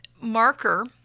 marker